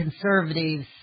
conservatives